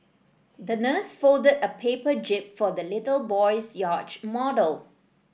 the nurse folded a paper jib for the little boy's yacht model